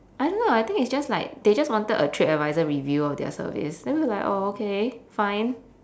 I don't know I think it's just like they just wanted a tripadvisor review of their service then we were like oh okay fine